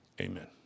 Amen